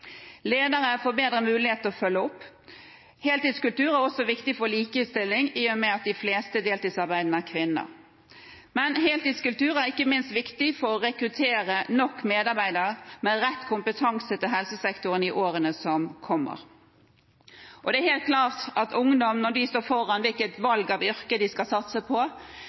Ledere får bedre muligheter til å følge opp. Heltidskultur er også viktig for likestilling i og med at de fleste deltidsarbeidende er kvinner. Men heltidskultur er ikke minst viktig for å rekruttere nok medarbeidere med rett kompetanse til helsesektoren i årene som kommer. Det er helt klart at når ungdom står foran et yrkesvalg – hvilket yrke de skal satse på